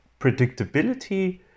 predictability